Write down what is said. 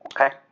Okay